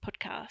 podcast